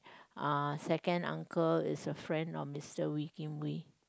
uh second uncle is a friend of Mister Wee-Kim-Wee